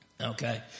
Okay